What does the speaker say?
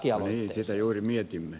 niin sitä juuri mietimme